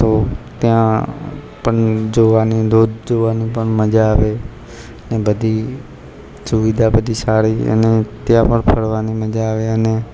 તો ત્યાં પણ જોવાની ધોધ જોવાની પણ મજા આવે ને બધી સુવિધા બધી સારી અને ત્યાં પણ ફરવાની મજા આવે અને